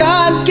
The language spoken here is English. God